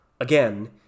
again